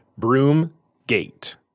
Broomgate